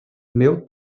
meu